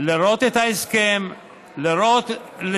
לראות את ההסכם, אדוני, אני מבקשת לסיים.